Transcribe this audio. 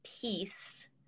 peace